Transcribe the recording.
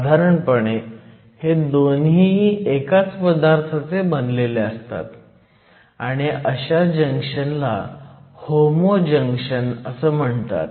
साधारणपणे हे दोन्हीही एकाच पदार्थाचे बनलेले असतात आणि अशा जंक्शनला होमो जंक्शन म्हणतात